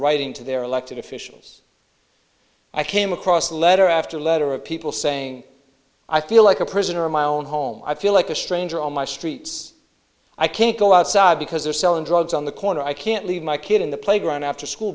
writing to their elected officials i came across a letter after letter of people saying i feel like a prisoner in my own home i feel like a stranger on my streets i can't go outside because they're selling drugs on the corner i can't leave my kid in the playground after school